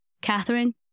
Catherine